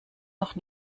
noch